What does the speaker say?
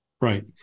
Right